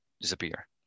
disappear